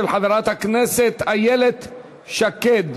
של חברת הכנסת איילת שקד.